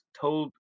told